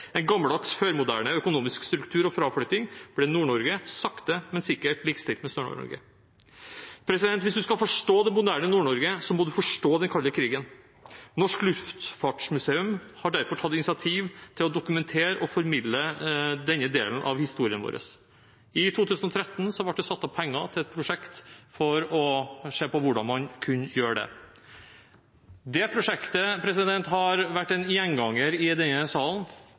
en gammeldags, før-moderne økonomisk struktur og fraflytting, ble Nord-Norge sakte, men sikkert likestilt med Sør-Norge. Hvis man skal forstå det moderne Nord-Norge, må man forstå den kalde krigen. Norsk Luftfartsmuseum har derfor tatt initiativ til å dokumentere og formidle denne delen av historien vår. I 2013 ble det satt av penger til et prosjekt for å se på hvordan man kunne gjøre det. Det prosjektet har vært en gjenganger i denne salen.